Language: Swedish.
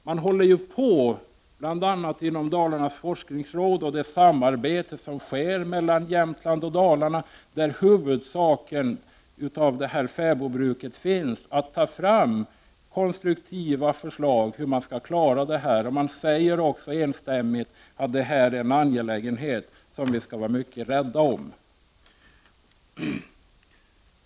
Man håller ju på att ta fram konstruktiva förslag om hur man skall lösa detta bl.a. inom Dalarnas forskningsråd och inom det samarbete som sker mellan Jämtland och Dalarna, där huvuddelen av detta fäbodbruk finns. Man säger också enstämmigt att detta är något som vi skall vara mycket rädda om.